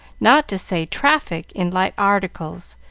not to say traffic in light articles,